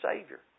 Savior